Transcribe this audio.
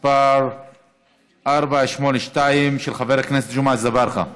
מס' 482, של חבר הכנסת ג'מעה אזברגה.